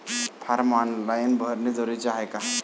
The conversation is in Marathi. फारम ऑनलाईन भरने जरुरीचे हाय का?